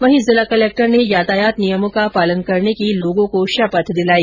वहीं जिला कलेक्टर ने यातायात नियमों का पालन करने की लोगों को शपथ दिलाई